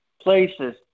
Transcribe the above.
places